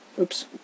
Oops